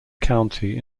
county